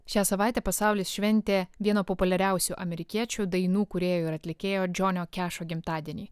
šią savaitę pasaulis šventė vieno populiariausių amerikiečių dainų kūrėjo ir atlikėjo džionio kešo gimtadienį